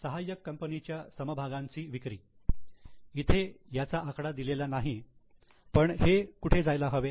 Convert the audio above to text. सहाय्यक कंपनीच्या समभागांची विक्री इथे याचा आकडा दिलेला नाही पण हे कुठे जायला हवे